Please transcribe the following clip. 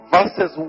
Verses